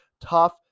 tough